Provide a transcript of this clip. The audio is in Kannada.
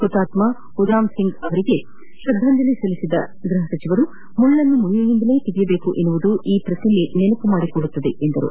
ಹುತಾತ್ಮ ಉಧಾಮ್ಸಿಂಗ್ ಅವರಿಗೆ ಶ್ರದ್ದಾಂಜಲಿ ಸಲ್ಲಿಸಿದ ಗೃಹ ಸಚಿವರು ಮುಳ್ಳನ್ನು ಮುಳ್ಳಿನಿಂದಲೇ ತೆಗೆಯಬೇಕು ಎಂಬುದನ್ನು ಈ ಪ್ರತಿಮೆ ನೆನಪು ಮಾದಿಕೊಡುತ್ತದೆ ಎಂದು ಹೇಳಿದರು